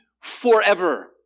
forever